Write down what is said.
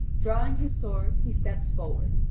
drawing his sword he steps forward,